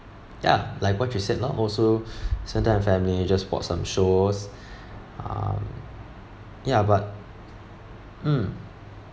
ya like what you said lor also sit down with family just watch some shows um ya but mm